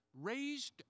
raised